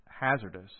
hazardous